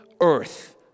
earth